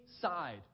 side